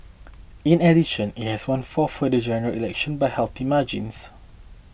in addition it has won four further General Elections by healthy margins